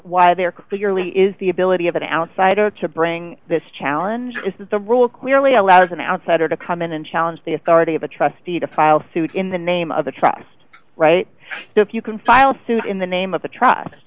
why there clearly is the ability of an outsider to bring this challenge is the rule clearly allows an outsider to come in and challenge the authority of a trustee to file suit in the name of the trust right if you can file suit in the name of the trust